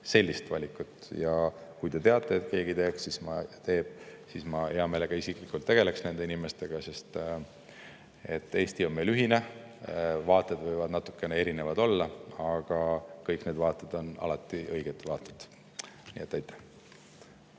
ei hakka. Kui te teate, et keegi teeb, siis ma hea meelega isiklikult tegeleks nende inimestega, sest Eesti on meil ühine. Vaated võivad natukene erinevad olla, aga kõik need vaated on alati õiged vaated. Hanah